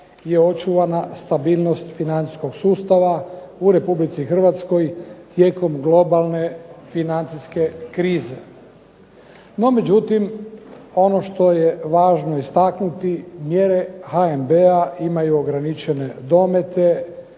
je očuvana stabilnost financijskog sustava u Republici Hrvatskoj tijekom globalne financijske krize. NO međutim, ono što je važno istaknuti mjere HNB-a imaju ograničene domete